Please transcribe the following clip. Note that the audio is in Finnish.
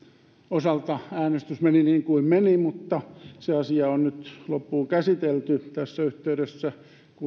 osalta äänestys meni niin kuin meni mutta se asia on nyt loppuun käsitelty tässä yhteydessä kun edustaja zyskowicz